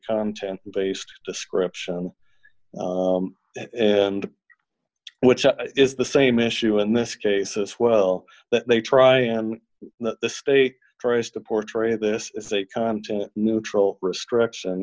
content based description and which is the same issue in this case as well but they try and stay tries to portray this as a continent neutral restriction